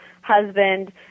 husband